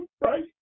Right